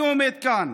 אני עומד כאן